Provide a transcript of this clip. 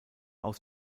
aus